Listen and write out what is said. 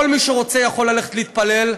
כל מי שרוצה יכול ללכת להתפלל.